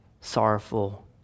sorrowful